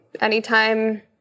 Anytime